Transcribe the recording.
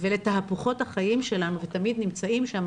ולתהפוכות החיים שלנו ותמיד נמצאים שם,